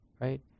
right